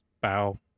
bow